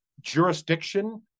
jurisdiction